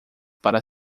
para